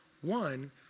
One